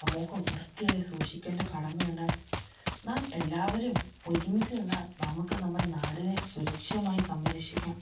സമൂഹവും വൃത്തിയായി സൂക്ഷിക്കേണ്ട കടമയുണ്ട് നാം എല്ലാവരും ഒരുമിച്ച് നിന്നാൽ നമുക്ക് നമ്മുടെ നാടിനെ സുരക്ഷ്യമായി സംരക്ഷിക്കാം